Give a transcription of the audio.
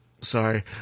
sorry